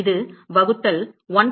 இது வகுத்தல் 1